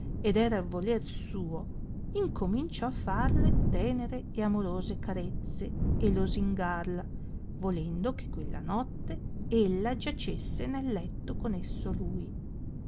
ed era il voler suo incominciò a farle tenere e amorose carezze e losingarla volendo che quella notte ella giacesse nel letto con esso lui